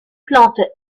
plante